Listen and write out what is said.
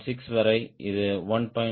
6 வரை இது 1